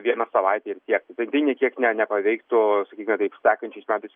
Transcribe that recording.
viena savaite ir tiek tai nė kiek ne nepaveiktų sakykime taip sekančiais metais